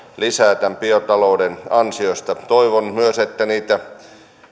lisää tämän biotalouden ansiosta toivon myös että niitä